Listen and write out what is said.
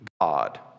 God